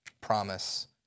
promise